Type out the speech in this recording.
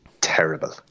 terrible